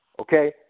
okay